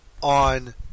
on